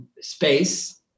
space